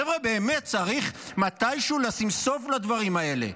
חבר'ה, באמת, צריך מתישהו לשים סוף לדברים האלה.